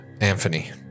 Anthony